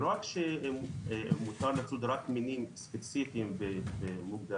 ולא רק שמותר לצוד רק מינים ספציפיים ומוגדרים,